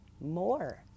more